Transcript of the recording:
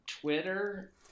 Twitter